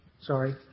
Sorry